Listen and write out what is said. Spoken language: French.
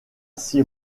six